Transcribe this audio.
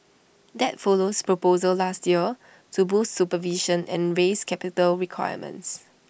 that follows proposals last year to boost supervision and raise capital requirements